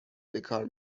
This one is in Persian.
بکار